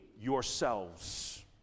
yourselves